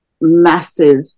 massive